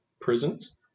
prisons